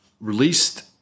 Released